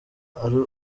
ari